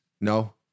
no